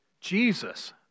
Jesus